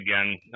again